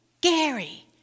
Gary